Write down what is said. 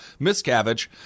Miscavige